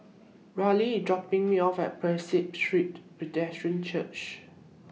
Rella IS dropping Me off At Prinsep Street Presbyterian Church